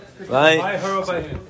Right